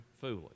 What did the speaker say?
foolish